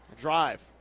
drive